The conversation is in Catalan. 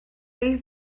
risc